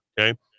okay